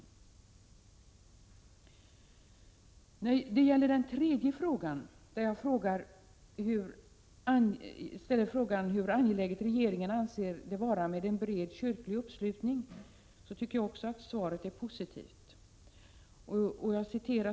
Svaret på min tredje fråga, som gällde hur angeläget regeringen anser det vara med en bred kyrklig uppslutning, tycker jag också är positivt.